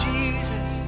Jesus